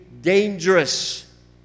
dangerous